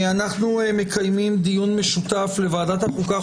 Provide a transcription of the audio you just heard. אנחנו מקיימים דיון משותף לוועדת החוקה,